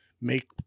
make